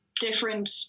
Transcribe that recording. different